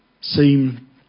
seem